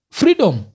freedom